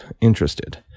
interested